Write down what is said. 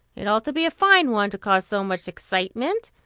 it ought to be a fine one, to cause so much excitement.